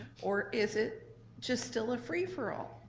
or is it just still a free for all?